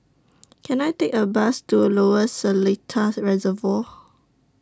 Can I Take A Bus to Lower Seletar Reservoir